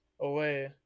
away